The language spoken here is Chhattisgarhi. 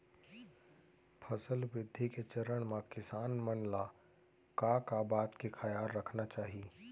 फसल वृद्धि के चरण म किसान मन ला का का बात के खयाल रखना चाही?